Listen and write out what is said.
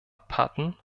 patten